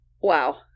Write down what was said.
wow